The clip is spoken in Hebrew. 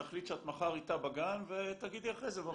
להחליט שאת מחר איתה בגן ותגידי אחרי כן בישיבה הבאה.